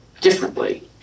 differently